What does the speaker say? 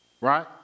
Right